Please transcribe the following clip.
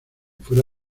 fuera